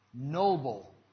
noble